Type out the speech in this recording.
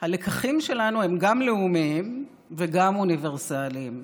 הלקחים שלנו הם גם לאומיים וגם אוניברסליים.